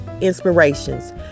inspirations